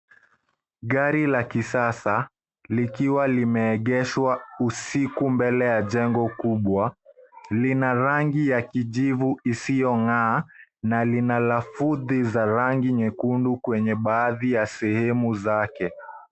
Gari la kisasa likiwa limeegeshwa usiku mbele ya jengo kubwa. Lina rangi ya kijivu isiyong'aa, na lina lafudhi za rangi nyekundu kwenye baadhi ya sehemu zake.